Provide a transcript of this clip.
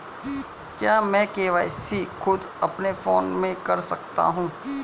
क्या मैं के.वाई.सी खुद अपने फोन से कर सकता हूँ?